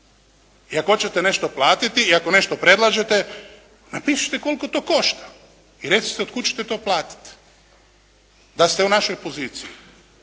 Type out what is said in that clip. I ako hoćete nešto platiti i ako nešto predlažete napišite koliko to košta. I recite otkud ćete to platiti? Da ste u našoj poziciji.